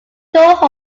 toho